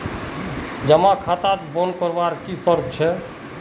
जमा खाता बन करवार की शर्त छे?